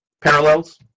parallels